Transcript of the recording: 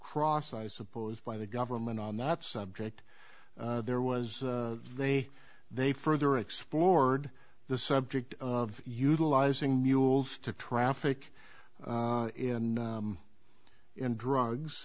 cross i suppose by the government on that subject there was they they further explored the subject of utilizing mules to traffic in in drugs